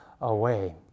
away